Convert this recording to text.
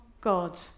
God